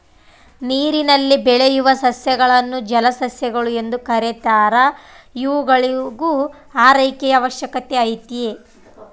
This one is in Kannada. ನೀರಿನಲ್ಲಿ ಬೆಳೆಯುವ ಸಸ್ಯಗಳನ್ನು ಜಲಸಸ್ಯಗಳು ಎಂದು ಕೆರೀತಾರ ಇವುಗಳಿಗೂ ಆರೈಕೆಯ ಅವಶ್ಯಕತೆ ಐತೆ